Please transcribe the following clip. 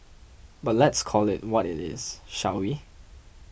but let's call it what it is shall we